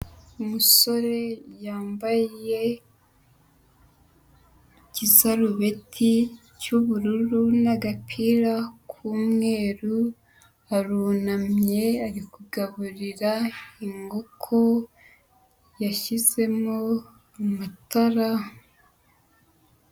Umusore yambaye igisarubeti cy'ubururu n'agapira k'umweru, arunamye ari kugaburira inkoko, yashyizemo amatara.